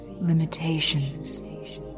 limitations